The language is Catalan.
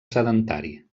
sedentari